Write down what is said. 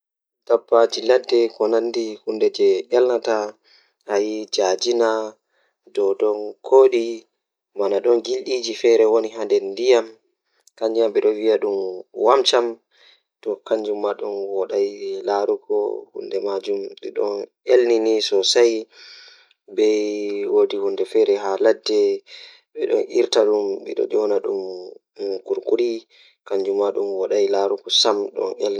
Ko ɗiɗi fow ngir miijooji ɓe njangol no ndaarndu e fiya fow ko njibbuttu. Ko fiye njangol nyannde hiɗe kanko, ɓe njangol ko faŋka.